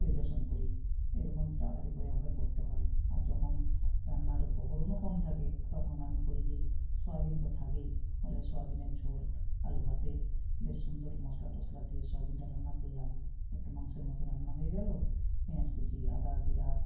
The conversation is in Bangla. পরিবেশন করি এরকম তাড়াতাড়ি করে আমরা করতে হয় আর যখন রান্নার উপকরণও কম থাকে তখন আমি করি কী সোয়াবিন তো থাকেই হলে সোয়াবিনের ঝোল আলু ভাতে বেশ সুন্দর মশলা টশলা দিয়ে সোয়াবিনটা রান্না করলাম একটু মাংসের মতো রান্না হয়ে গেল পেঁয়াজ কুঁচি আদা জিরা